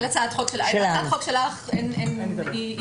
הצעת החוק שלך היא מוסכמת.